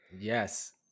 Yes